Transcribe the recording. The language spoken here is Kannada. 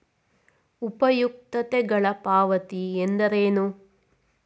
ಉಪಯುಕ್ತತೆಗಳ ಪಾವತಿ ಎಂದರೇನು?